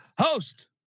host